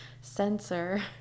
sensor